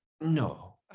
no